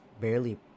barely